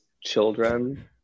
children